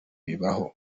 bibaho